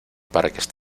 parques